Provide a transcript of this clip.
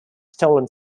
stolen